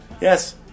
yes